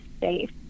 safe